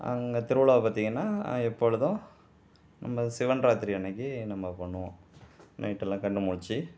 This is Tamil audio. அங்கே திருவிழாவை பார்த்தீங்கனா எப்பொழுதும் நம்ம சிவன் ராத்திரி அன்னைக்கு நம்ம பண்ணுவோம் நைட்டுலாம் கண்ணு முழிச்சு